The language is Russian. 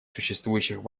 существующих